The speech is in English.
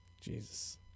Jesus